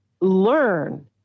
learn